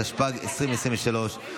התשפ"ג 2023,